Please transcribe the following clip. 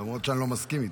למרות שאני לא מסכים איתו.